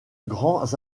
grands